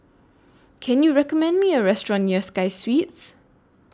Can YOU recommend Me A Restaurant near Sky Suites